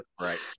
Right